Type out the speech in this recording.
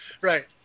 Right